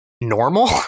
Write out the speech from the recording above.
normal